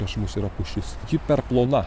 prieš mus yra pušis ji per plona